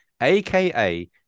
aka